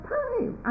time